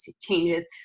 changes